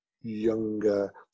younger